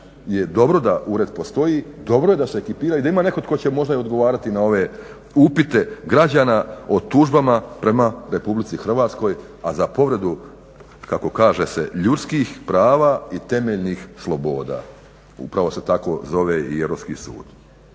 je dobro da ured postoji, dobro je da se ekipira i da ima netko tko će možda odgovarati na ove upite građana o tužbama prema RH a za povredu kako se kaže ljudskih prava i temeljnih sloboda. Upravo se tako i zove Europski sud.